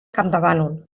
campdevànol